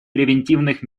превентивных